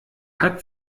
hat